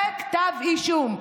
וכתב אישום,